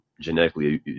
genetically